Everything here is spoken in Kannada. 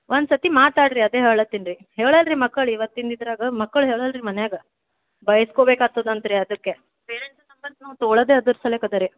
ಒಂದು ಸರ್ತಿ ಮಾತಾಡಿರಿ ಅದೇ ಹೇಳತ್ತೀನಿ ರೀ ಹೇಳಲ್ಲ ರೀ ಮಕ್ಕಳು ಇವತ್ತಿಂದು ಇದರಾಗ ಮಕ್ಳು ಹೇಳಲ್ಲ ರೀ ಮನೆಯಾಗ ಬೈಸ್ಕೋಬೇಕಾಗ್ತದೆ ಅಂತ ರೀ ಅದಕ್ಕೆ ಪೇರೆಂಟ್ಸ್ ನಂಬರ್ ನಾವು ತೊಗೊಳೋದೇ ಅದಕ್ಕೆ ಸಲ್ವಾಗ್ ಅದ ರೀ